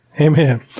Amen